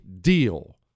deal